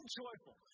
joyful